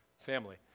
family